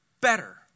better